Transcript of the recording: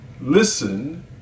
Listen